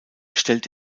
stellt